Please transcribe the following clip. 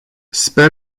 sper